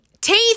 teeth